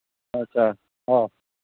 ꯍꯣꯏ ꯁꯔ ꯑꯣ